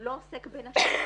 הוא לא עוסק בנשים,